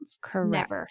Correct